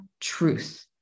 truth